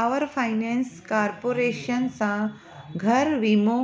power finance corporation सां घर वीमो